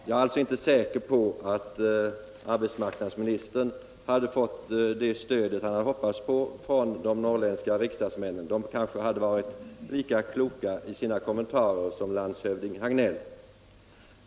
Jag är alltså inte säker på att arbetsmarknadsministern hade fått det stöd som han hade hoppats på från de norrländska riksdagsmännen — de kanske hade varit lika kloka i sina kommentarer som landshövding Hagneill.